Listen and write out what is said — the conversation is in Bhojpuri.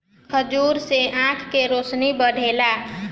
खजूर से आँख के रौशनी बढ़ेला